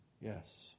Yes